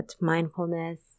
Mindfulness